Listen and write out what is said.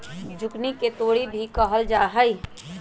zucchini के तोरी भी कहल जाहई